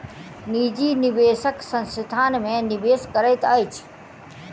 निजी निवेशक संस्थान में निवेश करैत अछि